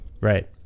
Right